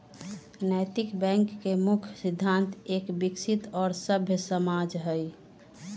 नैतिक बैंक के मुख्य सिद्धान्त एक विकसित और सभ्य समाज हई